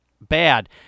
bad